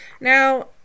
Now